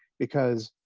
because,